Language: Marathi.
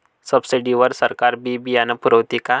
सब्सिडी वर सरकार बी बियानं पुरवते का?